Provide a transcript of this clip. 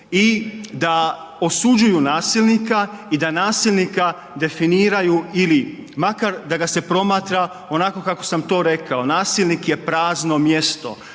i da osuđuju nasilnika i da nasilnika definiraju ili makar da ga se promatra onako kako sam to rekao, nasilnik je prazno mjesto.